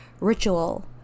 ritual